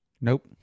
Nope